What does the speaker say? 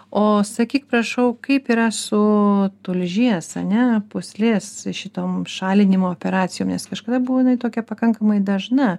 o sakyk prašau kaip yra su tulžies a ne pūslės šitom šalinimo operacijom nes kažkada buvo jinai tokia pakankamai dažna